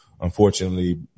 unfortunately